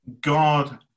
God